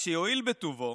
אז שיואיל בטובו